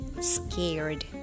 scared